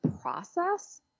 process